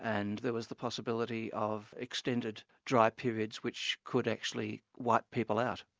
and there was the possibility of extended dry periods, which could actually wipe people out.